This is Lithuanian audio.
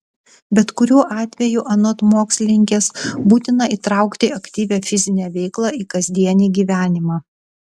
bet kuriuo atveju anot mokslininkės būtina įtraukti aktyvią fizinę veiklą į kasdienį gyvenimą